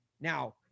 Now